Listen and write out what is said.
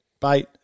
bait